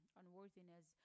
unworthiness